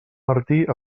martí